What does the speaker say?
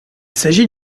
s’agit